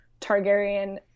Targaryen